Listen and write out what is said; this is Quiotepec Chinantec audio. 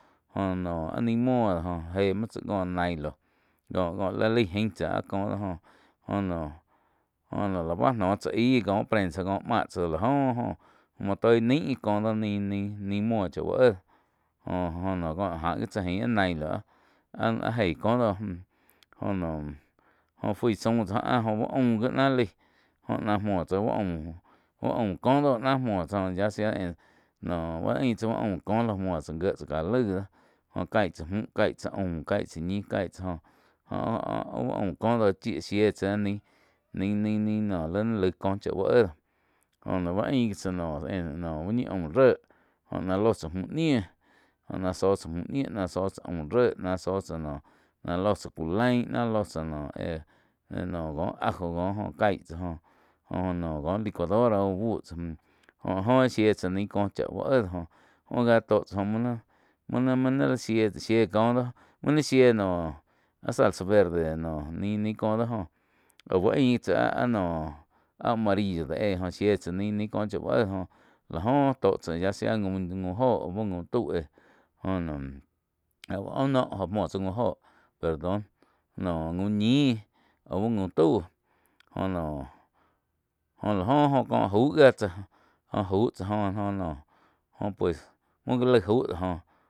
Jóh noh áh ni muo dó joh éh muoh tsá có nailo có-có li laí ain tsáh áh kó do jóh noh joh lá bá noh tsá aíh kóh prensa kóh máh tsá la joh oh múo toi naíh kóh do naí-naí muo chá úh éh jo-jo noh có áh gi tsá ain nailo áh-áh eih cóh dóh mju jó noh óh fui zaum tsá áh joh uh aum jí náh laig jóh nah múo tsá úh aum kó do náh muo tsáh joh yá sea en noh bá ain tsáh úh aum kóh ló muo tsá gié tsá ká lai do jó caí tsa mühh cai tsáh aum caih tsah caig tsá ñi caig tsáh joh áh-áh uh aum kóh do shie tsá áh naí, nai-nai noh li naí laig koh cháh úh éh. Jóh lá báh ain gi tsáh noh en úh ñi aum réh jíh náh ló tsá müh nih joh ná zó tsá muh ni náh zóh tsá aum réh náh zóh tsá noh náh lóh tsá cú lain náh ló tsá noh éh kóh ajo kó kaig tsá joh jó noh kó licuadora úh buh tsá müh. Jo áh jo shíe tsá ni koh chá uh éh do joh óh gia tó cháh mu na-mu na shíe kóh doh muni shie noh áh salsa verde noh ni-ni cóh do joh au ain gi tsá áh-áh noh áh amarillo do éh jo shie tsa ni-ni kóh cha úh éh joh láh joh tó tsáh yá sea jaum óho auh gaum tau éh joh naum aum no jo muo tsáh jaum óho perdón noh jaum ñih aú jaum tau jó noh jó lá jóh có jau gia tsáh jóh jau tsá jó noh oh pues muo gá lai jau do joh.